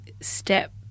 step